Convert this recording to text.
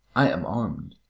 i am armed,